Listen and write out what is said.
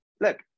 Look